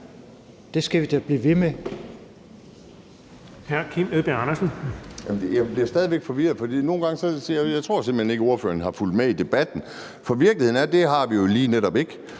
det skal vi bare blive ved med